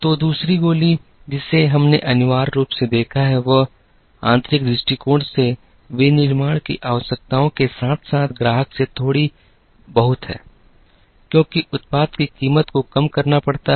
तो दूसरी गोली जिसे हमने अनिवार्य रूप से देखा है वह आंतरिक दृष्टिकोण से विनिर्माण की आवश्यकताओं के साथ साथ ग्राहक से थोड़ी बहुत है क्योंकि उत्पाद की कीमत को कम करना पड़ता है